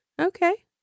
Okay